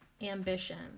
ambition